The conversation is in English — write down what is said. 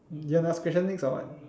you want to ask question next or what